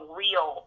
real